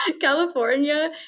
California